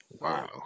Wow